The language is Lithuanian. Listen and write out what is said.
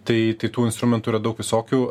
tai tai tų instrumentų yra daug visokių